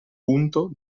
punto